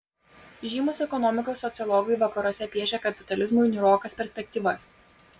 žymūs ekonomikos sociologai vakaruose piešia kapitalizmui niūrokas perspektyvas